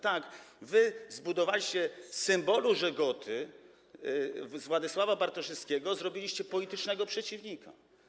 Tak, zbudowaliście... z symbolu „Żegoty”, z Władysława Bartoszewskiego zrobiliście politycznego przeciwnika.